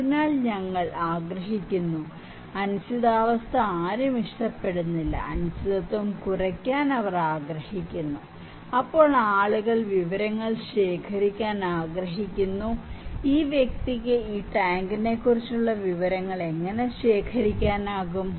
അതിനാൽ ഞങ്ങൾ ആഗ്രഹിക്കുന്നു അനിശ്ചിതാവസ്ഥ ആരും ഇഷ്ടപ്പെടുന്നില്ല അനിശ്ചിതത്വം കുറയ്ക്കാൻ അവർ ആഗ്രഹിക്കുന്നു അപ്പോൾ ആളുകൾ വിവരങ്ങൾ ശേഖരിക്കാൻ ആഗ്രഹിക്കുന്നു ഈ വ്യക്തിക്ക് ഈ ടാങ്കിനെക്കുറിച്ചുള്ള വിവരങ്ങൾ എങ്ങനെ ശേഖരിക്കാനാകും